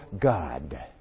God